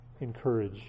encourage